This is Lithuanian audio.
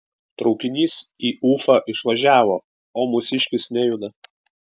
traukinys į ufą išvažiavo o mūsiškis nejuda